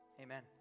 Amen